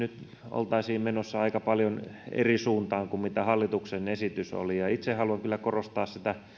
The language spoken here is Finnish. oltaisiin menossa nyt aika paljon eri suuntaan kuin hallituksen esitys oli itse haluan kyllä korostaa